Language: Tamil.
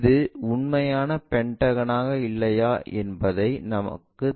இது உண்மையான பென்டகனா இல்லையா என்பது நமக்கு தெரியாது